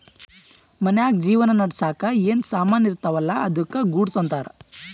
ಮನ್ಶ್ಯಾಗ್ ಜೀವನ ನಡ್ಸಾಕ್ ಏನ್ ಸಾಮಾನ್ ಇರ್ತಾವ ಅಲ್ಲಾ ಅದ್ದುಕ ಗೂಡ್ಸ್ ಅಂತಾರ್